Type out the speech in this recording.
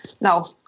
No